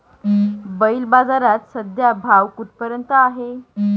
बैल बाजारात सध्या भाव कुठपर्यंत आहे?